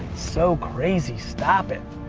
so crazy, stop it.